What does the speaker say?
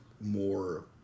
more